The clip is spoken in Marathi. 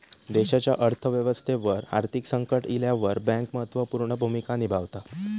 देशाच्या अर्थ व्यवस्थेवर आर्थिक संकट इल्यावर बँक महत्त्व पूर्ण भूमिका निभावता